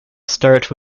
start